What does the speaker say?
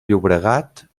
llobregat